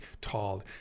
tall